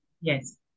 Yes